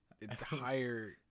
entire